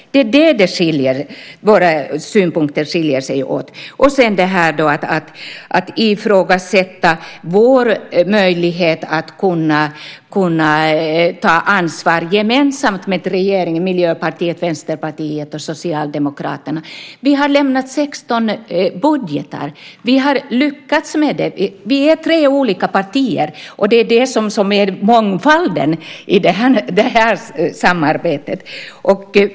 Det är där våra synpunkter skiljer sig åt. Sedan ifrågasätts vår möjlighet att ta ansvar gemensamt mellan Miljöpartiet, Vänsterpartiet och Socialdemokraterna. Vi har lämnat 16 budgetar. Vi har lyckats med det. Vi är tre olika partier, och det är det som ger mångfalden i detta samarbete.